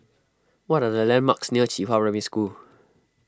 what are the landmarks near Qihua Primary School